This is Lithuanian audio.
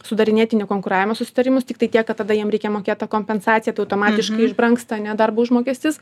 sudarinėti nekonkuravimo susitarimus tiktai tiek kad tada jiem reikia mokėt tą kompensaciją tai automatiškai išbrangsta ane darbo užmokestis